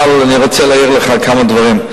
אבל אני רוצה להעיר לך כמה דברים.